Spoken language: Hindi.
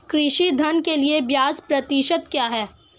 कृषि ऋण के लिए ब्याज प्रतिशत क्या है?